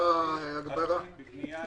התכנית בבניה,